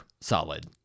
Solid